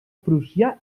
prussià